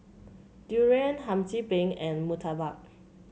durian Hum Chim Peng and murtabak